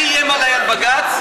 מי איים עליי בבג"ץ?